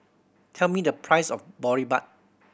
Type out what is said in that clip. tell me the price of Boribap